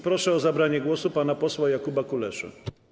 Proszę o zabranie głosu pana posła Jakuba Kuleszę.